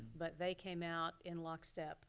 but they came out in lockstep